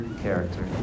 character